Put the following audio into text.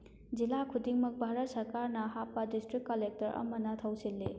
ꯖꯤꯂꯥ ꯈꯨꯗꯤꯡꯃꯛ ꯚꯥꯔꯠ ꯁꯔꯀꯥꯔꯅ ꯍꯥꯞꯄ ꯗꯤꯁꯇ꯭ꯔꯤꯛ ꯀꯂꯦꯛꯇꯔ ꯑꯃꯅ ꯊꯧ ꯁꯤꯜꯂꯤ